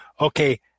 okay